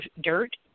dirt